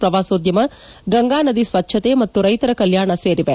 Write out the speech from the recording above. ಪ್ರವಾಸೋದ್ಯಮ ಗಂಗಾ ನದಿ ಸ್ವಚ್ದತೆ ಮತ್ತು ರೈತರ ಕಲ್ಲಾಣ ಸೇರಿವೆ